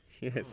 Yes